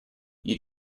you